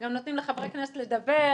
גם נותנים לחברי כנסת לדבר.